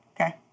Okay